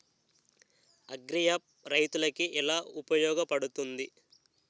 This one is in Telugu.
అగ్రియాప్ రైతులకి ఏలా ఉపయోగ పడుతుంది?